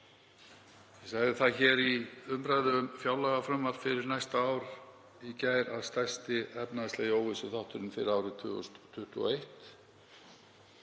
Ég sagði það í umræðu um fjárlagafrumvarp fyrir næsta ár í gær að stærsti efnahagslegi óvissuþátturinn fyrir árið 2021